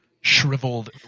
shriveled